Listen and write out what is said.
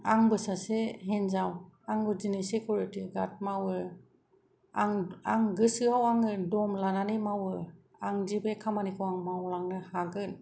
आंबो सासे हिनजाव आंबो दिनै सेक्युरिटि गार्ड मावो आं गोसोआव आङो दम लानानै मावो आंदि बे खामानिखौ आं मावलांनो हागोन